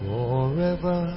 Forever